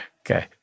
Okay